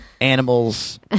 Animals